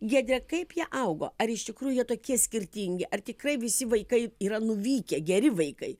giedre kaip jie augo ar iš tikrųjų jie tokie skirtingi ar tikrai visi vaikai yra nuvykę geri vaikai